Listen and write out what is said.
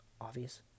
obvious